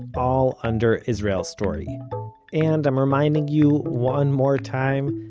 all under israel story and, i'm reminding you, one more time,